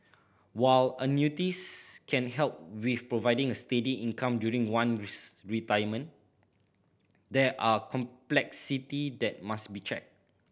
while annuities can help with providing a steady income during one retirement there are complexity that must be checked